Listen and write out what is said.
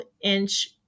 inch